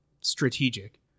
strategic